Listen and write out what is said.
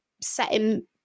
setting